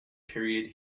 period